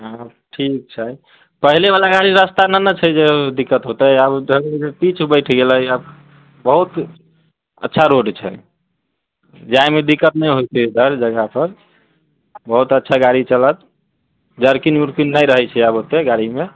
हँ ठीक छै पहिले बला रास्ता नहि ने छै जे दिक्कत होतै आब पिच बैठ गेलै है बहुत अच्छा रोड छै जाएमे दिक्कत नहि होतै हर जगह पर बहुत अच्छा गाड़ी चलत जर्किङ्ग उर्किङ्ग नहि रहैत छै आब ओते गाड़ीमे